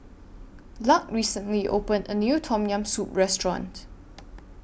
Luc recently opened A New Tom Yam Soup Restaurant